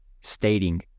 stating